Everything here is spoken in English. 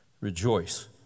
Rejoice